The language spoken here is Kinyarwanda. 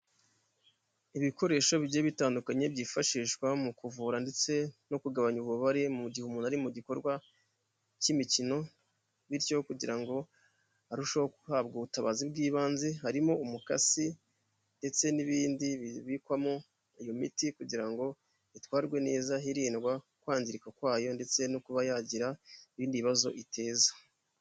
Ibikoresho bigiye bitandukanye byifashishwa mu kuvura ndetse no kugabanya ububare mu gihe umuntu ari mu gikorwa cy'imikino, bityo kugira ngo arusheho guhabwa ubutabazi bw'ibanze, harimo umukasi, ndetse n'ibindi bibikwamo iyo miti kugira ngo itwarwe neza hirindwa kwangirika kwayo ndetse no kuba yagira ibindi bibazo iteza.